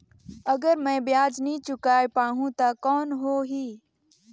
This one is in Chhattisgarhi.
अगर मै ब्याज नी चुकाय पाहुं ता कौन हो ही?